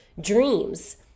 dreams